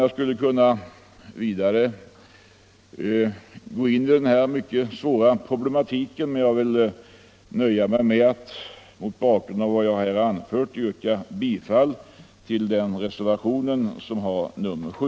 Jag skulle kunna gå djupare in i denna svåra problematik, men jag nöjer mig med att mot bakgrund av vad jag här har anfört yrka bifall till den vid utskottets betänkande fogade reservationen 7.